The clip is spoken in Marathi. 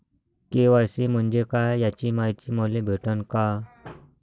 के.वाय.सी म्हंजे काय याची मायती मले भेटन का?